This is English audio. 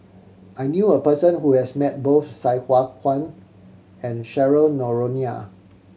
I knew a person who has met both Sai Hua Kuan and Cheryl Noronha